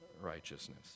righteousness